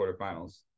quarterfinals